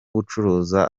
gucuruza